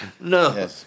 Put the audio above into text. No